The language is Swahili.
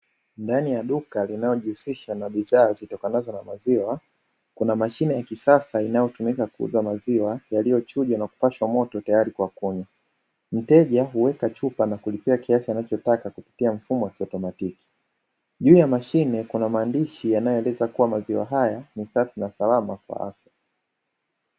Ndani ya duka linalojihusisha na bidhaa zitokanazo na maziwa, kuna mashine ya kisasa inayotumika kuuza maziwa yaliyochujwa na kupashwa moto tayari kwa kunywa. Mteja huweka chupa na kulipia kiasi anachotaka kupitia mfumo wa kiautomatiki. Juu ya mashine kuna maandishi yanayoeleza kuwa maziwa haya ni safi na salama kwa afya.